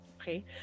okay